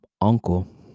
Uncle